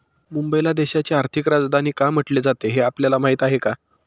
मुंबईला देशाची आर्थिक राजधानी का म्हटले जाते, हे आपल्याला माहीत आहे का?